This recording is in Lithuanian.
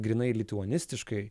grynai lituanistiškai